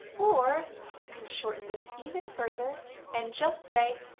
or you can shorten this even further and just say,